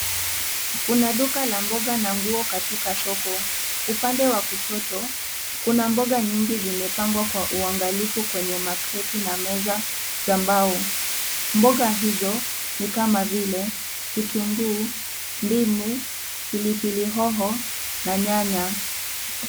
Kuna duka la mboga na nguo katika soko, upande wa kushoto kuna mboga nyingi zimepangwa kwa uangalifu kwenye makreti na meza za mbao, mboga hizo ni kama vile kitunguu, ndimu, pili pili hoho na nyanya.